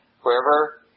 wherever